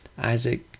Isaac